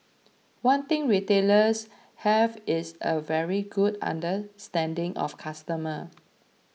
one thing retailers have is a very good understanding of customer